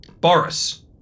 Boris